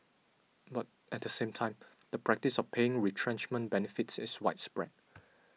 but at the same time the practice of paying retrenchment benefits is widespread